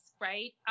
right